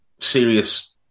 serious